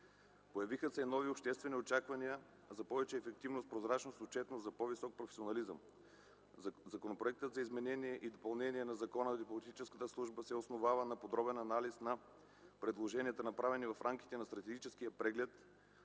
Появиха се и нови обществени очаквания за повече ефективност, прозрачност, отчетност, за по-висок професионализъм. Законопроектът за изменение и допълнение на Закона за дипломатическата служба се основава на подробен анализ на предложенията, направени в рамките на Стратегическия преглед,